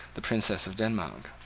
the princess of denmark.